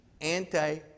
anti